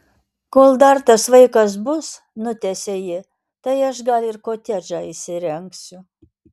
kol dar tas vaikas bus nutęsia ji tai aš gal ir kotedžą įsirengsiu